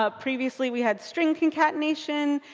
ah previously we had string concatenation,